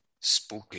spooky